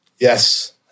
Yes